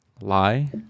Lie